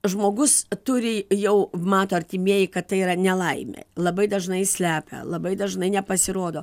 žmogus turi jau mato artimieji kad tai yra nelaimė labai dažnai slepia labai dažnai nepasirodo